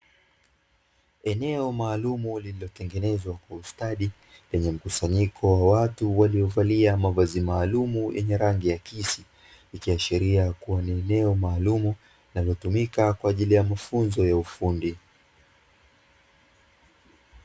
Eneo maalumu kwa ustadi lenye watu waliovalia mavazi mazuri kwa ajili ya shughuli hiyo